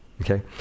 okay